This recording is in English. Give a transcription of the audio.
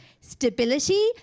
stability